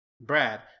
Brad